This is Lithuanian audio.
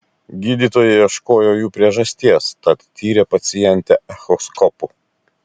gydytojai ieškojo jų priežasties tad tyrė pacientę echoskopu